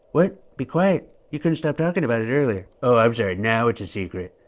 what? be quiet? you couldn't stop talking about it earlier. oh, i'm sorry. now it's a secret.